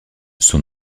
son